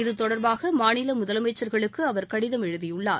இது தொடர்பாக மாநில முதலமைச்சர்களுக்கு அவர் கடிதம் எழுதியுள்ளார்